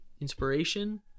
inspiration